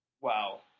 Wow